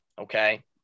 Okay